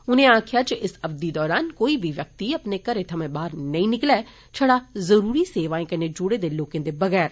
उनें आक्खेया जे इस अवधि दौरान कोई बी व्यक्ति अपने घरे थ्वां बाहर नेई निकले छड़ा जरूरी सेवाएं कन्नै ज्डे दे लोकें दे वगैर